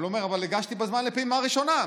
הוא אומר: אבל הגשתי בזמן לפעימה ראשונה,